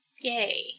Yay